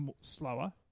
slower